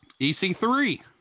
EC3